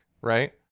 Right